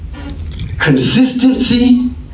Consistency